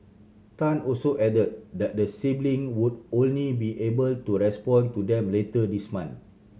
Tan also added that the sibling would only be able to respond to them later this month